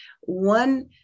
one